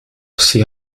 sie